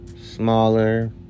smaller